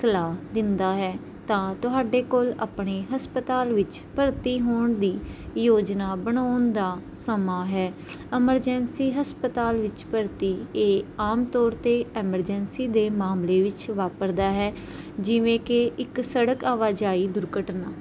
ਸਲਾਹ ਦਿੰਦਾ ਹੈ ਤਾਂ ਤੁਹਾਡੇ ਕੋਲ ਆਪਣੇ ਹਸਪਤਾਲ ਵਿੱਚ ਭਰਤੀ ਹੋਣ ਦੀ ਯੋਜਨਾ ਬਣਾਉਣ ਦਾ ਸਮਾਂ ਹੈ ਅਮਰਜੈਂਸੀ ਹਸਪਤਾਲ ਵਿੱਚ ਭਰਤੀ ਇਹ ਆਮ ਤੌਰ 'ਤੇ ਐਮਰਜੈਂਸੀ ਦੇ ਮਾਮਲੇ ਵਿੱਚ ਵਾਪਰਦਾ ਹੈ ਜਿਵੇਂ ਕਿ ਇੱਕ ਸੜਕ ਆਵਾਜਾਈ ਦੁਰਘਟਨਾ